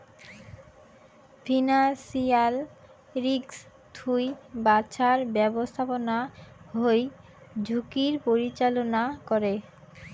financial risk থুই বাঁচার ব্যাপস্থাপনা হই ঝুঁকির পরিচালনা করে